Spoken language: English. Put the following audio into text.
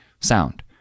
sound